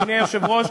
אדוני היושב-ראש,